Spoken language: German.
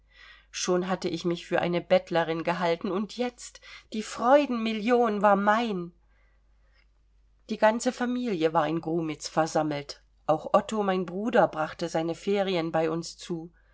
schon hatte ich mich für eine bettlerin gehalten und jetzt die freudenmillion war mein die ganze familie war in grumitz versammelt auch otto mein bruder brachte seine ferien bei uns zu